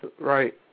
right